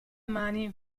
mani